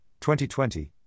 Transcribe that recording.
2020